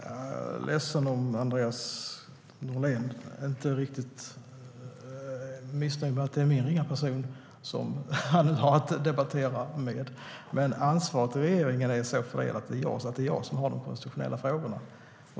Herr talman! Jag är ledsen om Andreas Norlén är missnöjd med att det är min ringa person han har att debattera med, men ansvaret i regeringen är så fördelat att det är jag som har de konstitutionella frågorna.